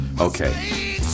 Okay